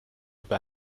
über